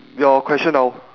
your question now